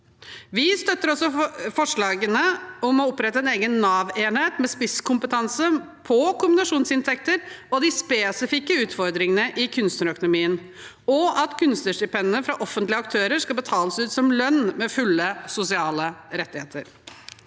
Kunstnarkår 2024 slagene om å opprette en egen Nav-enhet med spisskompetanse på kombinasjonsinntekter og de spesifikke utfordringene i kunstnerøkonomien, og at kunstnerstipendene fra offentlige aktører skal betales ut som lønn med fulle sosiale rettigheter.